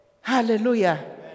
Hallelujah